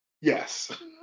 yes